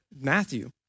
Matthew